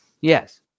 Yes